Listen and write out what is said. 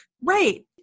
Right